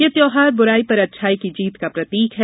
यह त्यौहार बुराई पर अच्छाई की जीत का प्रतीक है